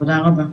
תודה רבה.